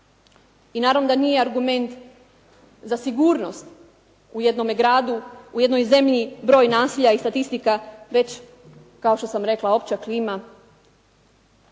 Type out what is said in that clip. I naravno da nije argument za sigurnost u jednome gradu u jednoj zemlji broj nasilja i statistika, već kao što sam rekla opća klima,